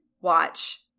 watch